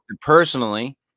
personally